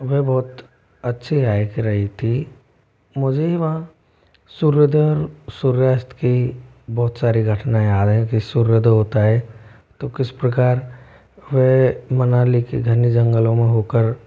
वे बहुत अच्छी हाइक रही थी मुझे ही वहाँ सूर्योदय और सूर्यास्त की बहुत सारी घटनाएँ आ रहे हैं कि सूर्योदय होता है तो किस प्रकार मैं मनाली की घने जंगलों में होकर